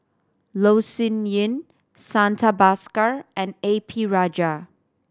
Loh Sin Yun Santha Bhaskar and A P Rajah